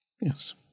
Yes